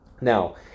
Now